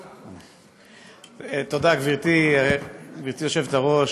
תודה, גברתי היושבת-ראש.